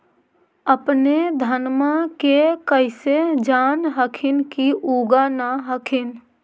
अपने धनमा के कैसे जान हखिन की उगा न हखिन?